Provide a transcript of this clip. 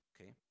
Okay